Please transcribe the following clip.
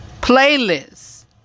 playlist